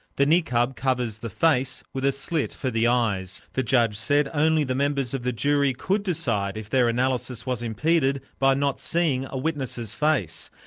the niqab covers the face, with a slit for the eyes. the judge said only the members of the jury could decide if their analysis was included by not seeing a witness's face.